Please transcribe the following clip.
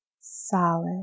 solid